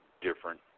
different